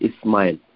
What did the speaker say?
Ismail